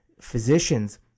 physicians